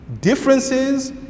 differences